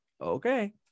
okay